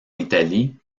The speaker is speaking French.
italie